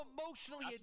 emotionally